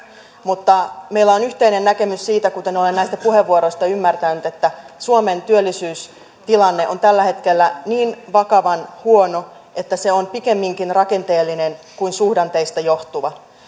mutta meillä on yhteinen näkemys siitä kuten olen näistä puheenvuoroista ymmärtänyt että suomen työllisyystilanne on tällä hetkellä niin vakavan huono että se on pikemminkin rakenteellinen kuin suhdanteista johtuva